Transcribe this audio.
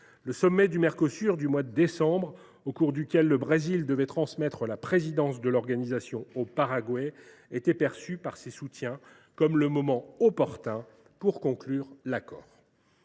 Le sommet du Mercosur qui s’est tenu au mois de décembre dernier, au cours duquel le Brésil a transmis la présidence de l’organisation au Paraguay, était perçu par ces soutiens comme le moment opportun pour conclure l’accord.